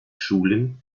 schulen